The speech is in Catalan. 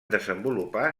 desenvolupar